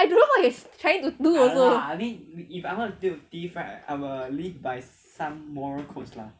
I don't know what you are trying to do also